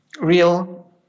real